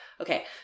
okay